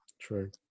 true